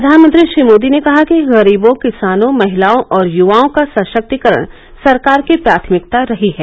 प्रधानमंत्री श्री मोदी ने कहा कि गरीबों किसानों महिलाओं और युवाओं का सशक्तीकरण सरकार की प्राथमिकता रही है